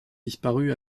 disparu